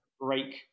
break